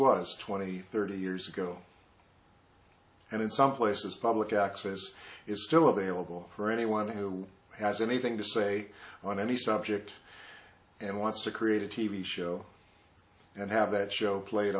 was twenty thirty years ago and in some places public access is still available for anyone who has anything to say on any subject and wants to create a t v show and have that show play